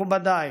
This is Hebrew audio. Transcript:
מכובדיי,